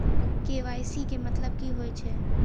KYC केँ मतलब की होइ छै?